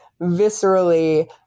viscerally